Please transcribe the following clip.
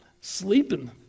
sleeping